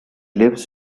lives